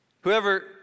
Whoever